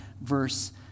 verse